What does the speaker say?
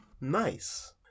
nice